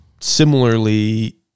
similarly